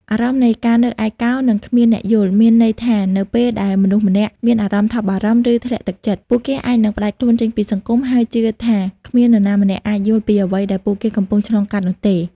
អារម្មណ៍នៃការនៅឯកោ និងគ្មានអ្នកយល់ មានន័យថានៅពេលដែលមនុស្សម្នាក់មានអារម្មណ៍ថប់បារម្ភ ឬធ្លាក់ទឹកចិត្ត ពួកគេអាចនឹងផ្តាច់ខ្លួនចេញពីសង្គម ហើយជឿថាគ្មាននរណាម្នាក់អាចយល់ពីអ្វីដែលពួកគេកំពុងឆ្លងកាត់នោះទេ។